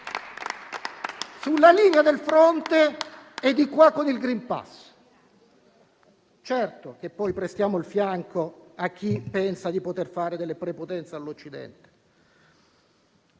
Sulla linea del fronte e con il *green pass*: certo che poi prestiamo il fianco a chi pensa di poter fare delle prepotenze all'Occidente.